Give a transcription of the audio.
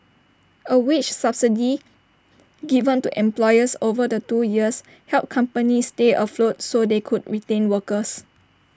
A wage subsidy given to employers over the two years help companies stay afloat so they could retain workers